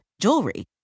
jewelry